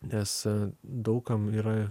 nes daug kam yra